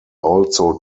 also